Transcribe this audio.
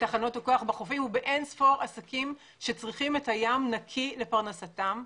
בתחנות הכוח בחופים ובאין-ספור עסקים שצריכים את הים נקי לפרנסתם.